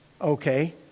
okay